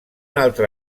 altre